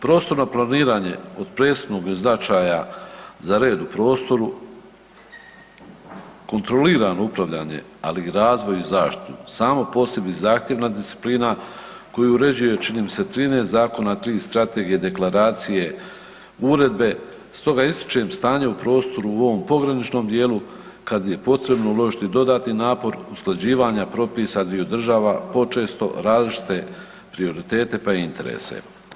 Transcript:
Prostorno planiranje od presudnog je značaja za red u prostoru, kontrolirano upravljanje ali i razvoj i zaštitu, sama po sebi zahtjevna disciplina koju uređuje čini mi se 13 zakona, 3 strategije, deklaracije, uredbe stoga ističem stanje u prostoru u ovom pograničnom djelu kad je potrebno uložiti dodatni napor usklađivanja propisa dviju država, počesto različite prioritete pa i interese.